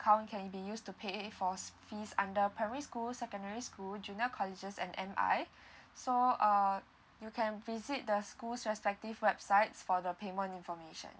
account can be used to pay for school fees under primary school secondary school junior colleges and M_I so err you can visit the schools respective websites for the payment information